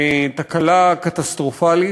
תקלה קטסטרופלית.